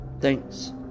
thanks